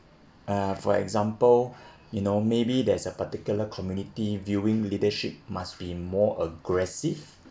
uh for example you know maybe there's a particular community viewing leadership must be more aggressive